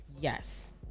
Yes